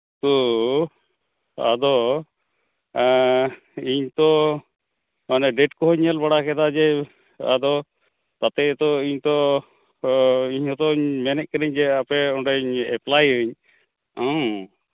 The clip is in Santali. ᱛᱳ ᱟᱫᱚ ᱤᱧ ᱛᱚ ᱰᱮᱹᱴ ᱠᱚᱦᱚᱧ ᱧᱮᱞ ᱵᱟᱲᱟ ᱠᱮᱫᱟ ᱡᱮ ᱟᱫᱚ ᱛᱟᱛᱮ ᱛᱚ ᱤᱧ ᱛᱚ ᱤᱧ ᱦᱚᱸᱛᱚᱧ ᱢᱮᱱᱮᱫ ᱠᱟᱹᱱᱟᱹᱧ ᱡᱮ ᱟᱯᱮ ᱚᱸᱰᱮ ᱮᱯᱞᱟᱭᱟᱹᱧ ᱦᱮᱸ